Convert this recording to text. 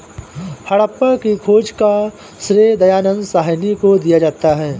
हड़प्पा की खोज का श्रेय दयानन्द साहनी को दिया जाता है